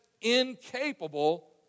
incapable